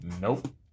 Nope